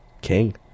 king